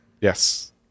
yes